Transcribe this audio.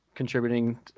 contributing